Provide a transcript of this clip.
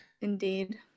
indeed